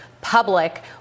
public